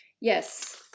Yes